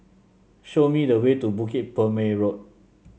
show me the way to Bukit Purmei Road